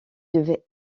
devait